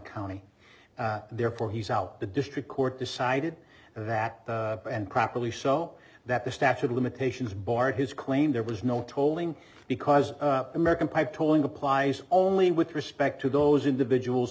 county therefore he's out the district court decided that and properly so that the statute of limitations barred his claim there was no tolling because american pie polling applies only with respect to those individuals